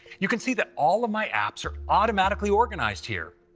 you can see that all of my apps are automatically organized here.